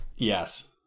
Yes